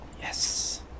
Yes